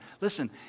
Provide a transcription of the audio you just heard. Listen